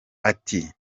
ati